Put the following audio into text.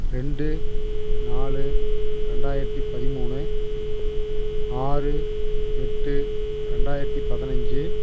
ரெண்டு நாலு ரெண்டாயிரத்தி பதிமூணு ஆறு எட்டு ரெண்டாயிரத்தி பதினஞ்சி